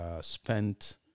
spent